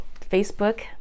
Facebook